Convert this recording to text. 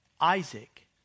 Isaac